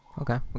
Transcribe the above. Okay